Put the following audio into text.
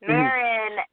Marin